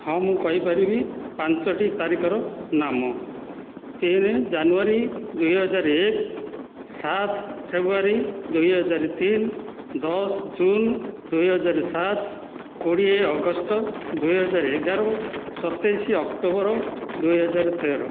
ହଁ ମୁଁ କହିପାରିବି ପାଞ୍ଚୋଟି ତାରିଖର ନାମ ତିନି ଜାନୁଆରୀ ଦୁଇହଜାର ଏକ ସାତ ଫେବୃୟାରୀ ଦୁଇହଜାର ତିନି ଦଶ ଜୁନ ଦୁଇହଜାର ସାତ କୋଡ଼ିଏ ଅଗଷ୍ଟ ଦୁଇହଜାର ଏଗାର ସତେଇଶି ଅକ୍ଟୋବର ଦୁଇହଜାର ତେର